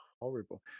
horrible